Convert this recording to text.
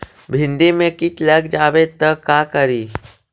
भिन्डी मे किट लग जाबे त का करि?